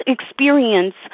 experience